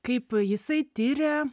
kaip jisai tiria